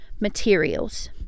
materials